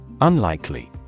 Unlikely